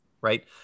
right